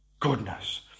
Goodness